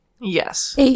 Yes